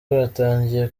batangiye